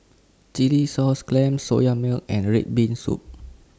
Chilli Sauce Clams Soya Milk and Red Bean Soup